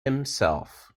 himself